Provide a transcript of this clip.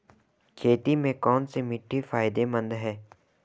खेती में कौनसी मिट्टी फायदेमंद है?